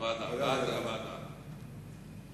ההצעה להעביר את